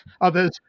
others